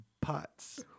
pots